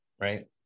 right